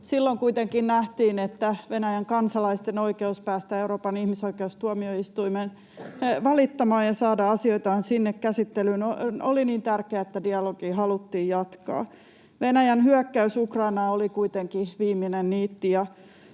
Silloin kuitenkin nähtiin, että Venäjän kansalaisten oikeus päästä Euroopan ihmisoikeustuomioistuimeen valittamaan ja saada asioitaan sinne käsittelyyn oli niin tärkeä, että dialogia haluttiin jatkaa. Venäjän hyökkäys Ukrainaan oli kuitenkin viimeinen niitti,